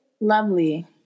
Lovely